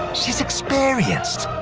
she's experienced!